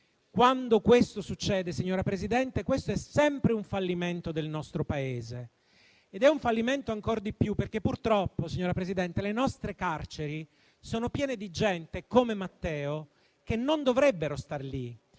Quando questo accade, signora Presidente, è sempre un fallimento del nostro Paese ed è un fallimento ancor di più perché purtroppo le nostre carceri sono piene di persone come Matteo che non dovrebbero stare lì.